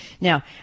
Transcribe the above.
Now